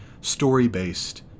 story-based